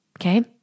Okay